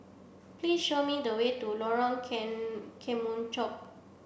please show me the way to Lorong Kemunchup